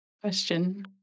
question